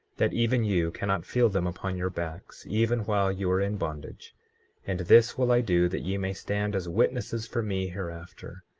that even you cannot feel them upon your backs, even while you are in bondage and this will i do that ye may stand as witnesses for me hereafter,